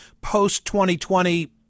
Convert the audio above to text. post-2020